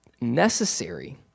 necessary